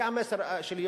זה המסר שלי,